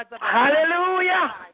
Hallelujah